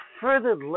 further